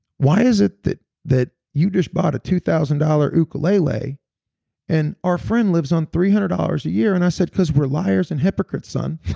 why is it that that you just bought a two thousand dollars ukulele and our friend lives on three hundred dollars a year. and i said because we're liars and hypocrites, son.